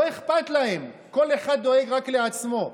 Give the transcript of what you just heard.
לא אכפת להם, כל אחד דואג רק לעצמו.